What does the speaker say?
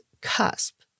cusp